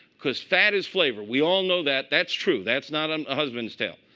because fat is flavor. we all know that. that's true. that's not um a husband's tale.